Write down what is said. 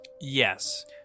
Yes